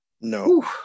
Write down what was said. no